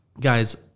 Guys